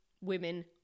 women